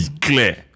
clear